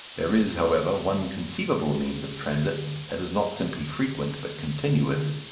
there is, however, one conceivable means of transit that is not simply frequent but continuous,